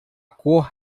cor